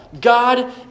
God